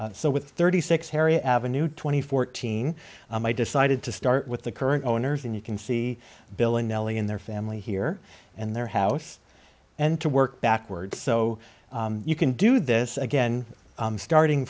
so with thirty six harry avenue twenty fourteen i decided to start with the current owners and you can see bill and nellie and their family here and their house and to work backwards so you can do this again starting